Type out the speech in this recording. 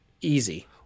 easy